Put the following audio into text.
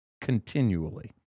continually